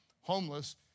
homeless